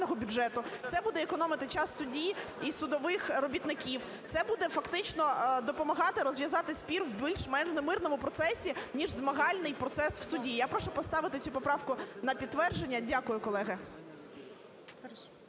це буде економити час судді і судових робітників, це буде фактично допомагати розв'язати спір в більш-менш мирному процесі, ніж змагальний процес в суді. Я прошу поставити цю поправку на підтвердження. Дякую, колеги.